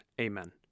Amen